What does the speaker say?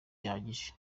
gihagije